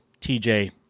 TJ